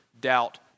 doubt